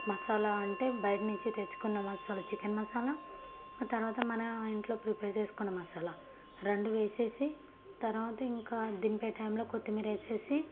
మసాలా అంటే బయట నుంచి తెచ్చుకున్న మసాలా చికెన్ మసాలా తరువాత మన ఇంట్లో ప్రిపేర్ చేసుకున్న మసాలా రెండు వేసేసి తర్వాత ఇంకా దింపే టైంలో కొత్తిమీర వేసేసి